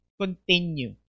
continue